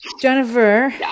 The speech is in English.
Jennifer